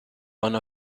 one